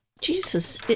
Jesus